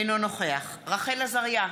אינו נוכח רחל עזריה,